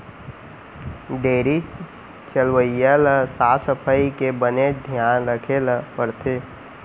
dairy चलवइया ल साफ सफई के बनेच धियान राखे ल परथे